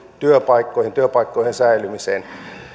työpaikkoihin työpaikkojen säilymiseen